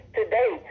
today